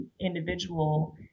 individual